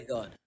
God